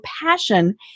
passion